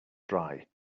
dry